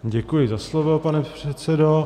Děkuji za slovo, pane předsedo.